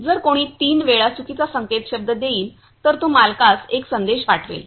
जर कोणी तीन वेळा चुकीचा संकेतशब्द देईल तर तो मालकास एक संदेश पाठवेल